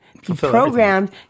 Programmed